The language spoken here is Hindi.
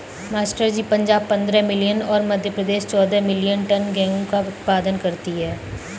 मास्टर जी पंजाब पंद्रह मिलियन और मध्य प्रदेश चौदह मिलीयन टन गेहूं का उत्पादन करती है